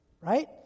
Right